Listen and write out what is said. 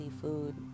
food